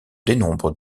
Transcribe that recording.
dénombre